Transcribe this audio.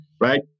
right